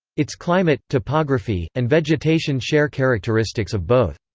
its climate, topography, and vegetation share characteristics of both.